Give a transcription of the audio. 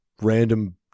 random